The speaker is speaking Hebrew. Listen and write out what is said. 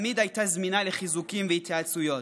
ותמיד הייתה זמינה לחיזוקים והתייעצויות,